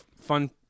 fun